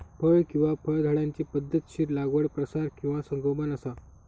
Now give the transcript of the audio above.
फळ किंवा फळझाडांची पध्दतशीर लागवड प्रसार किंवा संगोपन असा